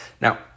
Now